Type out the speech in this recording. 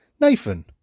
Nathan